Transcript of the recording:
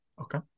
Okay